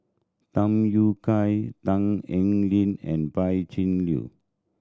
Tham Yui Kai Tan Eng Ling and Pan Cheng Lui